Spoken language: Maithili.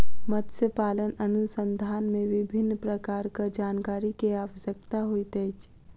मत्स्य पालन अनुसंधान मे विभिन्न प्रकारक जानकारी के आवश्यकता होइत अछि